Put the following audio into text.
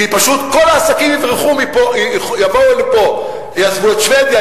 כי פשוט כל העסקים יבואו לפה ויעזבו את שבדיה,